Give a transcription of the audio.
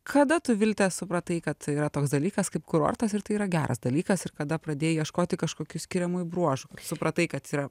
kada tu vilte supratai kad yra toks dalykas kaip kurortas ir tai yra geras dalykas ir kada pradėjai ieškoti kažkokių skiriamųjų bruožų supratai kad yra